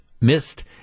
missed